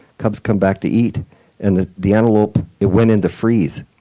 cubs come back to eat and the the antelope it went into freeze,